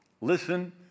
listen